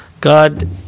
God